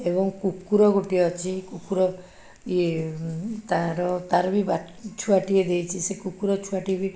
ଏବଂ କୁକୁର ଗୋଟିଏ ଅଛି କୁକୁର ଇଏ ତାର ତାର ବି ବା ଛୁଆଟିଏ ଦେଇଛି ସେ କୁକୁର ଛୁଆଟି ବି